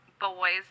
boys